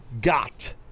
got